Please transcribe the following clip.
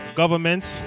governments